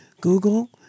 Google